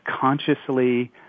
consciously